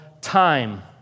time